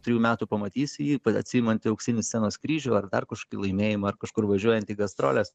trijų metų pamatysi jį atsiimantį auksinį scenos kryžių ar dar kažkokį laimėjimą ar kažkur važiuojant į gastroles